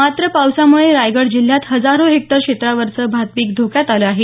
मात्र पावसामुळे रायगड जिल्हयात हजारो हेक्टर क्षेत्रावरचं भातपीक धोक्यात आलं आहे